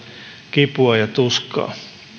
kipua ja tuskaa